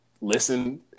listen